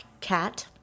Cat